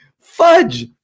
fudge